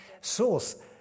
source